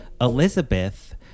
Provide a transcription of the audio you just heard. Elizabeth